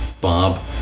Bob